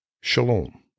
shalom